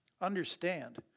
Understand